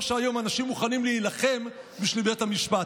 שהיום אנשים מוכנים להילחם בשביל בית המשפט.